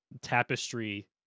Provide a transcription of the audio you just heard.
tapestry